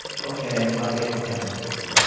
okay, i'll take the ten minutes.